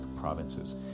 provinces